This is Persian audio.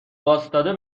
واستاده